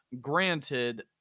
granted